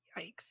Yikes